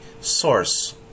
source